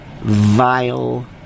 vile